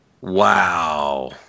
Wow